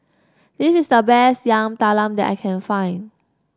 this is the best Yam Talam that I can find